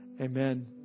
Amen